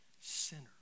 sinner